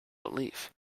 belief